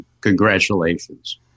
Congratulations